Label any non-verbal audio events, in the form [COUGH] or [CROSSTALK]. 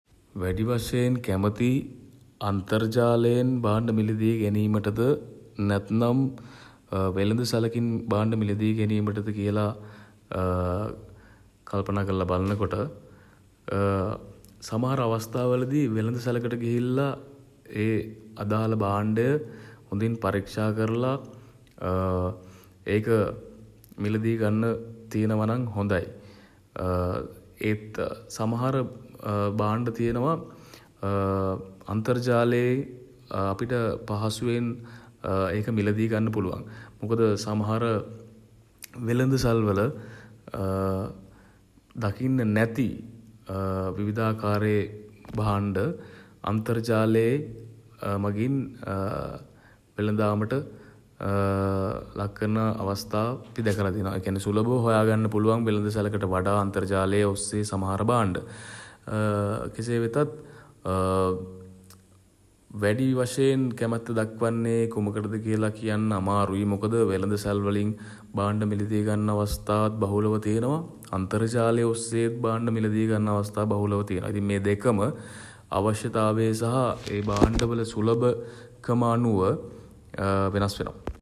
වැඩි වශයෙන් කැමති [HESITATION] අන්තර්ජාලයෙන් භාණ්ඩ මිළදී ගැනීමටද [HESITATION] නැත්නම් [HESITATION] වෙළඳ සැලකින් භාණ්ඩ මිළදී ගැනීමටද කියලා [HESITATION] කල්පනා කරලා බලනකොට [HESITATION] සමහර වෙළඳ සැලකට ගිහිල්ලා [HESITATION] ඒ අදාළ භාණ්ඩය [HESITATION] හොඳින් පරික්ෂා කරලා [HESITATION] ඒක මිළදී ගන්න [HESITATION] තියනවා නම් හොඳයි. ඒත් [HESITATION] සමහර [HESITATION] භාණ්ඩ තියනවා [HESITATION] අන්තර්ජාලයෙන් [HESITATION] අපිට පහසුවෙන් [HESITATION] ඒක මිළදී ගන්න පුළුවන්. මොකද [HESITATION] සමහර [HESITATION] වෙළඳ සල් වල [HESITATION] දකින්න නැති [HESITATION] විවිධාකාරයේ [HESITATION] භාණ්ඩ [HESITATION] අන්තර්ජාලය [HESITATION] මඟින් [HESITATION] වෙළඳාමට [HESITATION] ලක් කරන අවස්ථා [HESITATION] අපි දැකලා තියෙනවා. ඒ කියන්නේ සුලබව හොයා ගන්න පුළුවන් වෙළඳ සැලකට වඩා අන්තර්ජාලය ඔස්සේ සමහර භාණ්ඩ [HESITATION] කෙසේ වෙතත් [HESITATION] වැඩි වශයෙන් [HESITATION] කැමැත්ත දක්වන්නේ [HESITATION] කුමටද කියල කියන්න අමාරුයි. මොකද [HESITATION] වෙළඳ සැල් වලින් [HESITATION] භාණ්ඩ මිළදී ගන්න අවස්ථාත් බහුලව තියෙනවා. අන්තර්ජාලය ඔස්සේත් භාණ්ඩ මිළදී ගන්න අවස්ථා බහුලව තියෙනවා. ඉතින් මේ දෙකම [HESITATION] අවශ්‍යතාවය සහ [HESITATION] භාණ්ඩ [NOISE] වල සුලබ [HESITATION] කම අනුව වෙනස් වෙනවා.